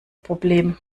problem